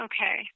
Okay